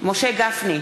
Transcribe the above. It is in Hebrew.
משה גפני,